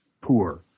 poor